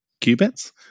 qubits